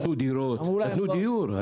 נתנו דירות, נתנו דיור.